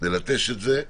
נלטש את זה.